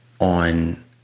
on